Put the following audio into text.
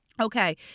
okay